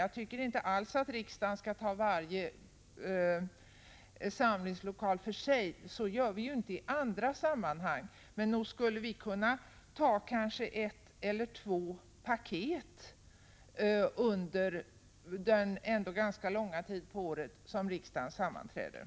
Jag tycker inte alls att riksdagen skall behandla varje samlingslokal för sig, för så gör vi ju inte i andra sammanhang. Nog skulle vi kunna behandla kanske ett eller två paket under den ändå ganska långa tid på året som riksdagen sammanträder.